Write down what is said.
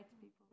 people